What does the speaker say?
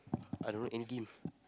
I don't know end game